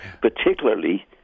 particularly